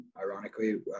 ironically